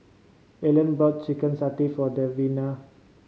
Ellyn bought chicken satay for Davina